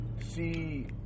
see